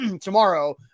tomorrow